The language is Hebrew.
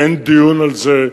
אין דיון על זה,